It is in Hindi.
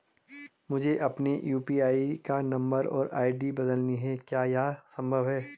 मुझे अपने यु.पी.आई का नम्बर और आई.डी बदलनी है क्या यह संभव है?